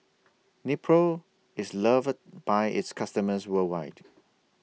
Nepro IS loved By its customers worldwide